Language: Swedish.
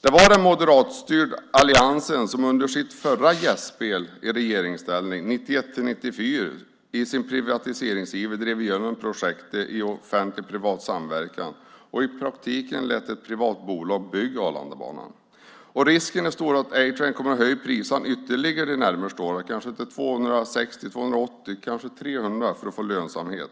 Det var den moderatstyrda alliansen som under sitt förra gästspel i regeringsställning 1991-1994 i sin privatiseringsiver drev igenom projektet i offentlig-privat samverkan och i praktiken lät ett privat bolag bygga Arlandabanan. Risken är stor att A-Train kommer att höja priserna ytterligare under de närmaste åren - kanske till 260, 280 eller 300 kronor - för att få lönsamhet.